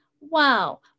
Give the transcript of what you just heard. wow